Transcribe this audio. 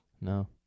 No